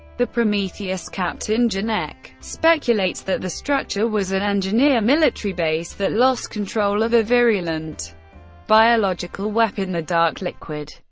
the prometheus captain, janek, speculates that the structure was an engineer military base that lost control of a virulent biological weapon, the dark liquid.